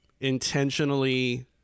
intentionally